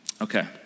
Okay